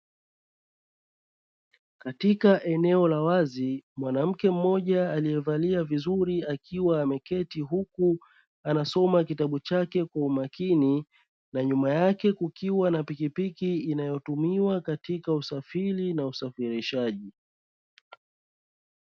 Katika eneo la wazi mwanamke mmoja aleyevalia vizuri akiwa ameketi huku anasoma kitabu chake kwa umakini na nyuma yake kukiwa na pikipiki inayotumika kwa ajili ya usafiri na usafirishaji.